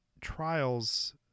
trials